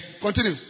Continue